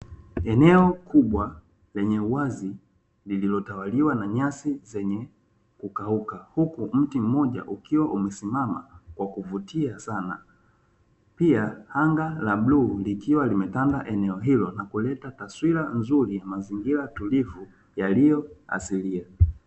Eneo kubwa lenye uwazi, lililotawaliwa na nyasi zenye kukauka huku mti mmoja ukiwa umesimama ukiwa unavutia sana, pia anga la bluu likiwa limetanda eneo hilo na kuleta taswira nzuri ya mazingira tulivu yaliyo asilia.